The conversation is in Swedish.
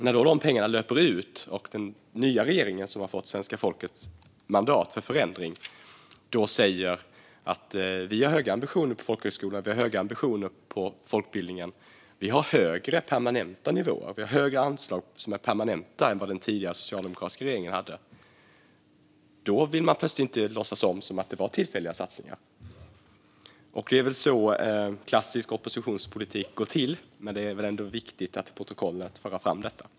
När dessa pengar löper ut och den nya regeringen, som har fått svenska folkets mandat för förändring, säger att vi har höga ambitioner för folkhögskolorna och folkbildningen och att vi har högre permanenta anslag än vad den tidigare socialdemokratiska regeringen hade, då vill man plötsligt inte låtsas om att det var tillfälliga satsningar. Det är så klassisk oppositionspolitik går till, men det är viktigt att föra fram detta för protokollet.